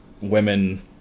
women